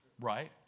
Right